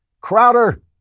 Crowder